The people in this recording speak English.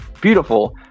beautiful